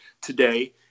today